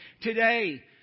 today